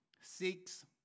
six